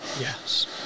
Yes